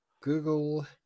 google